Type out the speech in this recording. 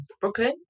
Brooklyn